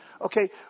okay